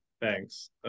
Thanks